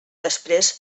després